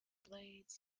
blades